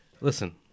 Listen